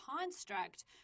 construct